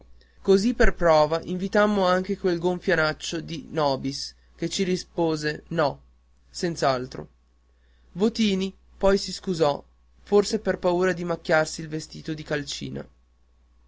così per prova invitammo anche quel gonfionaccio di nobis che ci rispose no senz'altro votini pure si scusò forse per paura di macchiarsi il vestito di calcina